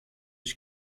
ich